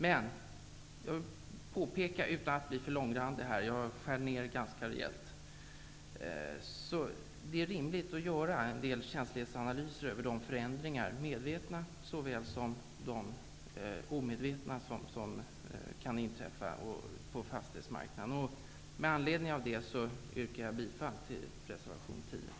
Men utan att bli långrandig vill jag påpeka att det är rimligt att göra en del känslighetsanalyser -- medvetna såväl som omedvetna -- över de förändringar som kan inträffa på fastighetsmarknaden. Med anledning av detta yrkar jag bifall till reservation 10.